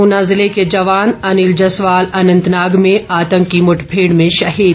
ऊना जिले के जवान अनिल जसवाल अनंतनाग में आतंकी मुठभेड़ में शहीद